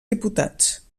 diputats